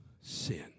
sin